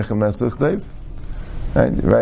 Right